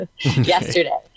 yesterday